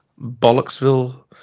Bollocksville